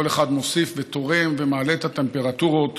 כל אחד מוסיף ותורם ומעלה את הטמפרטורות